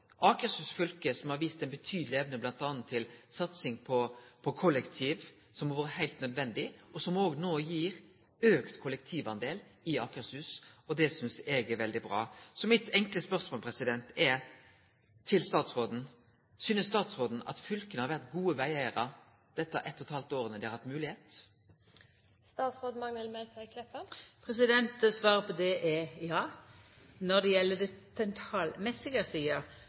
fylke, som har vist ei betydeleg evne bl.a. til satsing på kollektiv, som har vore heilt nødvendig, og som òg gir auka kollektivdel i Akershus. Det synest eg er veldig bra. Så mitt enkle spørsmål til statsråden er: Synest statsråden at fylka har vore gode vegeigarar dette eit og eit halvt året dei har hatt moglegheit? Svaret på det er ja. Når det gjeld